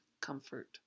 comfort